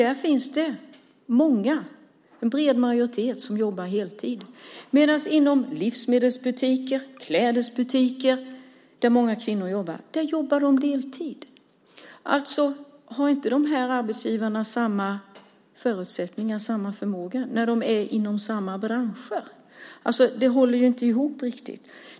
En bred majoritet jobbar heltid, medan kvinnor inom livsmedelshandeln och i klädbutiker jobbar deltid. Har inte dessa arbetsgivare samma förutsättningar och samma förmåga? De verkar ju i samma bransch. Det håller inte ihop riktigt.